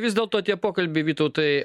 vis dėlto tie pokalbiai vytautai